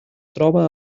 troba